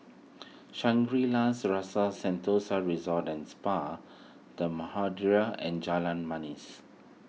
Shangri La's Rasa Sentosa Resort and Spa the and Jalan Manis